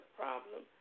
problem